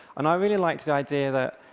and i really liked the idea that,